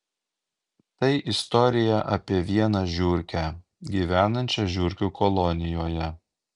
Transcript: tai istorija apie vieną žiurkę gyvenančią žiurkių kolonijoje